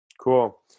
Cool